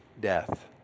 death